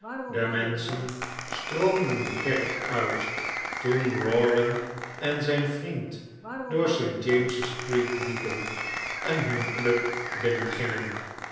de menschen stroomden de kerk uit toen rawdon en zijn vriend door st james's street liepen en hun club